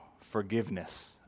forgiveness